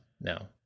no